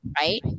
right